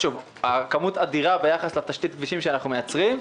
כמות אדירה ביחס לתשתית הכבישים שאנחנו מייצרים.